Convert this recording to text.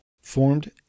formed